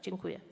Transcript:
Dziękuję.